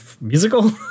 musical